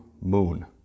moon